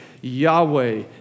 Yahweh